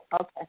Okay